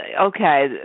okay